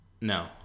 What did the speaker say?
No